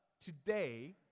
today